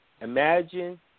imagine